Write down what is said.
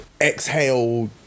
exhale